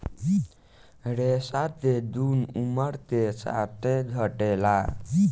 रेशा के गुन उमर के साथे घटेला